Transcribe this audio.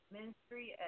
Ministry